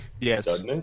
Yes